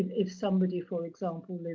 if somebody, for example,